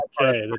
okay